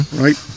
right